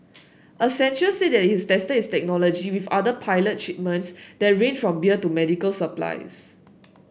Accenture said it has tested its technology with other pilot shipments that range from beer to medical supplies